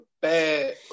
bad